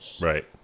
Right